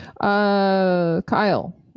kyle